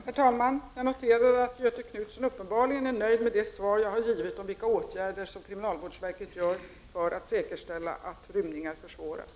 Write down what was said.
Herr talman! Jag noterar att Göthe Knutson uppenbarligen är nöjd med det besked som jag har givit om vilka åtgärder som kriminalvårdsverket vidtar för att säkerställa att rymningar försvåras.